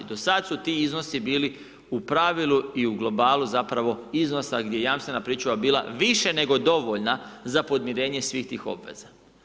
Do sada su ti iznosi bili u pravilu i u globalu, zapravo iznosa gdje jamstvena pričuva bila više nego dovoljna za podmirenje svih tih obveza.